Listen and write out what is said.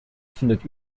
findet